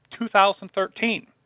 2013